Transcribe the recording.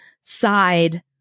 side